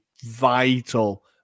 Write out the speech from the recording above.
vital